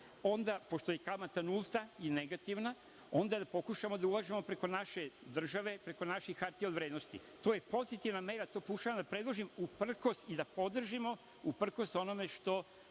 držimo, pošto je kamata nulta i negativna, onda da pokušamo da uvažimo preko naše države, preko naših hartija od vrednosti. To je pozitivna mera, to pokušavam da predložim, i da podržimo, uprkos onome što